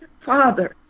Father